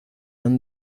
han